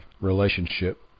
relationship